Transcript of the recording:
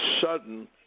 sudden